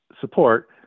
support